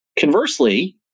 Conversely